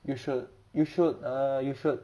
you should you should err you should